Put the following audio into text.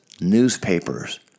newspapers